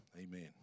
Amen